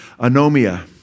anomia